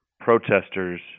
protesters